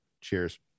Cheers